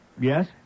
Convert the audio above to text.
Yes